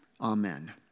Amen